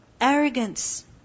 arrogance